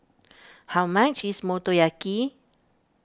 how much is Motoyaki